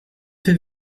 fait